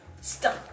Stop